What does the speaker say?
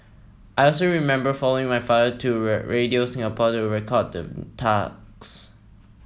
I also remember following my father to Radio Singapore to record the talks